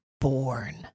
born